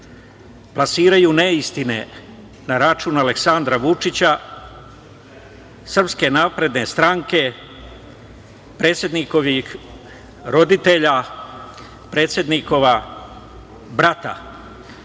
plasiraju neistine na račun Aleksandra Vučića, SNS, predsednikovih roditelja, predsednikova brata.